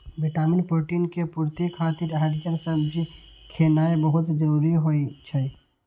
vitamin, protein के पूर्ति खातिर हरियर सब्जी खेनाय बहुत जरूरी होइ छै